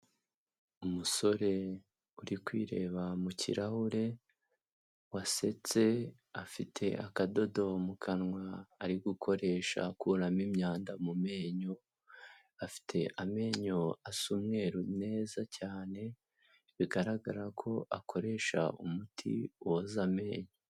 Umusore uri kwireba mu kirahure, wasetse afite akadodo mu kanwa ari gukoresha akuramo imyanda mu menyo, afite amenyo asa umweru neza cyane, bigaragara ko akoresha umuti woza amenyo.